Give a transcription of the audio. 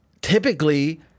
typically